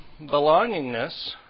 belongingness